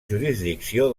jurisdicció